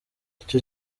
icyo